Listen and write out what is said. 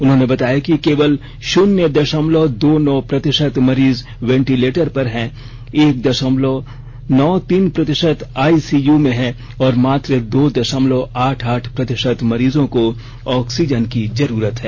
उन्होंने बताया कि केवल शुन्य दशमलव दो नौ प्रतिशत मरीज वेंटिलेटर पर हैं एक दशमलव नौ तीन प्रतिशत आई सी यू में हैं और मात्र दो दशमलव आठ आठ प्रतिशत मरीजों को ऑक्सीजन की जरूरत है